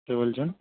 কে বলছেন